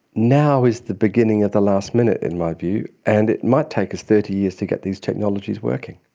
now is the beginning of the last minute in my view, and it might take us thirty years to get these technologies working.